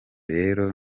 rero